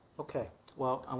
ok well,